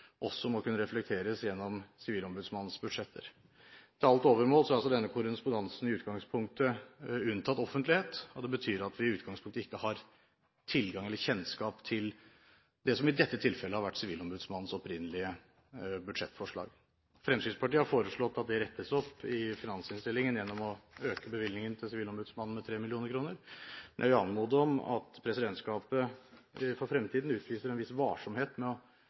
også må kunne reflekteres gjennom sivilombudsmannens budsjetter. Til alt overmål er altså denne korrespondansen i utgangspunktet unntatt offentlighet. Det betyr at vi ikke har tilgang, eller kjennskap, til det som i dette tilfellet har vært sivilombudsmannens opprinnelige budsjettforslag. Fremskrittspartiet har foreslått at det rettes opp i finansinnstillingen gjennom å øke bevilgningen til sivilombudsmannen med 3 mill. kr. Men jeg vil anmode presidentskapet om for fremtiden å utvise en viss varsomhet